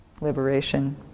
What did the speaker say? liberation